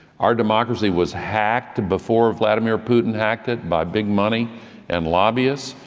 our democracy was hacked before vladimir putin hacked it by big money and lobbyists.